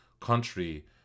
country